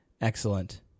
Excellent